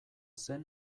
zer